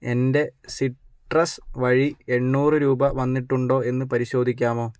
എൻ്റെ സിട്രസ് വഴി എണ്ണൂറുരൂപ വന്നിട്ടുണ്ടോ എന്ന് പരിശോധിക്കാമോ